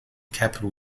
capital